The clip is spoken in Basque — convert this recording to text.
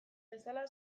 bezala